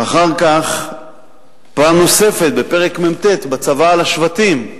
ואחר כך, פעם נוספת בפרק מ"ט, בצוואה אל השבטים,